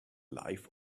life